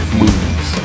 movies